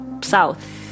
south